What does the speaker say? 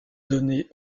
donné